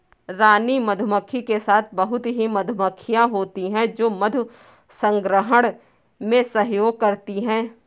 रानी मधुमक्खी के साथ बहुत ही मधुमक्खियां होती हैं जो मधु संग्रहण में सहयोग करती हैं